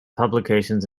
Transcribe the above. publications